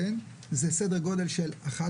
זה סדר גודל של 11%,